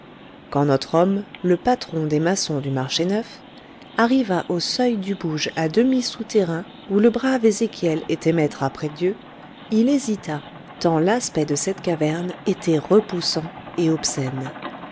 quand notre homme le patron des maçons du marché neuf arriva au seuil du bouge à demi souterrain où le brave ezéchiel était maître après dieu il hésita tant l'aspect de cette caverne était repoussant et obscène